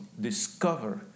discover